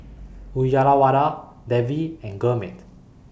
Uyyalawada Devi and Gurmeet